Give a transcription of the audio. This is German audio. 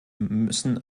müssen